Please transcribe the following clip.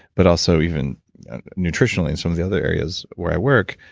but also even nutritionally and some of the other areas where i work,